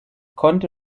konnte